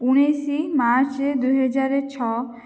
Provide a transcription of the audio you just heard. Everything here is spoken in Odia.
ଉଣେଇଶି ମାର୍ଚ୍ଚ ଦୁଇ ହଜାର ଛଅ